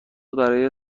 برای